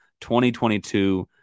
2022